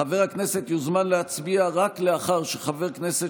חבר כנסת יוזמן להצביע רק לאחר שחבר הכנסת